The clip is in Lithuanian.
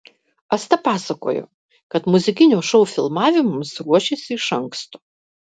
asta pasakojo kad muzikinio šou filmavimams ruošėsi iš anksto